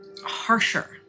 harsher